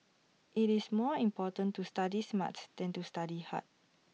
IT is more important to study smart than to study hard